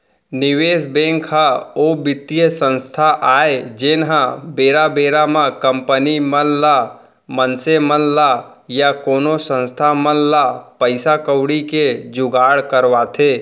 निवेस बेंक ह ओ बित्तीय संस्था आय जेनहा बेरा बेरा म कंपनी मन ल मनसे मन ल या कोनो संस्था मन ल पइसा कउड़ी के जुगाड़ करवाथे